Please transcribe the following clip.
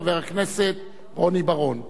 חבר הכנסת רוני בר-און,